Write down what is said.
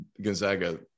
Gonzaga